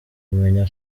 kumenya